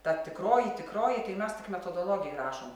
ta tikroji tikroji tai mes tik metodologijoj rašom